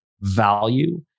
value